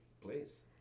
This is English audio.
Please